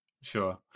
Sure